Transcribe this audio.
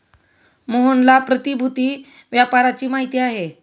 मोहनला प्रतिभूति व्यापाराची माहिती आहे